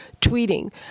tweeting